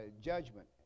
judgment